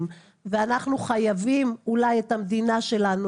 ואנחנו חייבים אולי את המדינה שלנו,